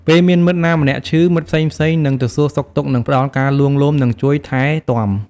ពេលមានមិត្តណាម្នាក់ឈឺ មិត្តផ្សេងៗនឹងទៅសួរសុខទុក្ខ និងផ្តល់ការលួងលោម និងជួយថែទាំ។